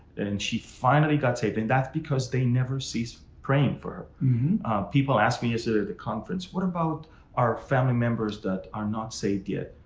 and she finally got saved. and that's because they never ceased praying for people asked me at sort of the conference. what about our family members that are not saved yet?